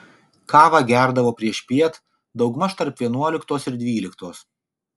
kavą gerdavo priešpiet daugmaž tarp vienuoliktos ir dvyliktos